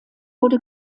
wurde